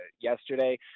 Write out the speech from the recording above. yesterday